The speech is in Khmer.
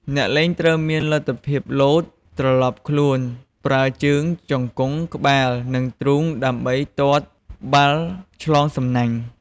អ្នកលេងត្រូវមានលទ្ធភាពលោត ត្រឡប់ខ្លួន ប្រើជើង ជង្គង់ ក្បាល និងទ្រូងដើម្បីទាត់បាល់ឆ្លងសំណាញ់។